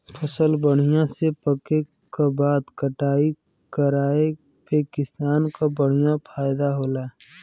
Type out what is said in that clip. फसल बढ़िया से पके क बाद कटाई कराये पे किसान क बढ़िया फयदा होला